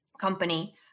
company